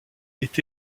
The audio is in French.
est